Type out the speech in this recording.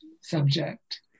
subject